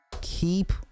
keep